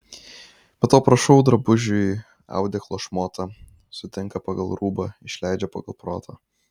be to prašau drabužiui audeklo šmotą sutinka pagal rūbą išleidžia pagal protą